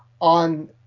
on